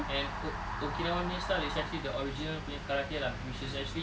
and okinawan punya style is actually the original punya karate lah which is actually